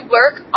work